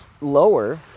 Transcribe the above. lower